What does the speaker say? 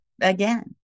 again